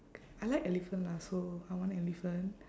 I like elephant lah so I want elephant